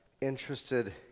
interested